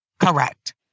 Correct